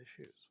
issues